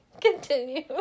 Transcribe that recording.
continue